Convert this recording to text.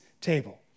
table